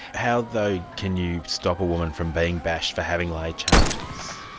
how though can you stop a woman from being bashed for having laid charges?